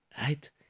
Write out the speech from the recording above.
Right